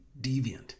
deviant